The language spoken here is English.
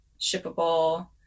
shippable